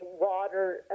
water